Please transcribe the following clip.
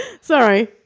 Sorry